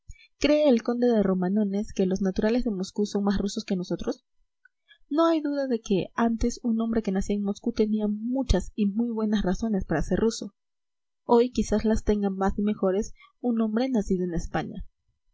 cree el conde de romanones que los naturales de moscú son más rusos que nosotros no hay duda de que antes un hombre que nacía en moscú tenía muchas y muy buenas razones para ser ruso hoy quizá las tenga más y mejores un hombre nacido en españa